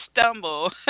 stumble